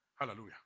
Hallelujah